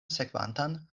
sekvantan